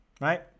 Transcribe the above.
right